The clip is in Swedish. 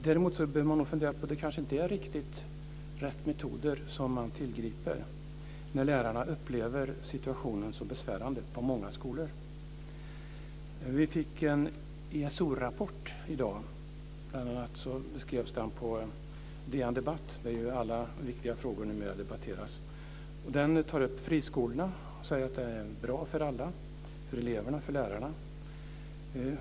Däremot bör vi fundera på om det kanske inte är riktigt rätt metoder som man tillgriper när lärarna upplever situationen så besvärande på många skolor. Vi fick en ESO-rapport i dag. Bl.a. skrevs det om den på DN Debatt, där alla viktiga frågor numera debatteras. Den tar upp friskolorna. Man säger att de är bra för alla, för eleverna och för lärarna.